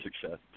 success